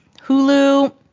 Hulu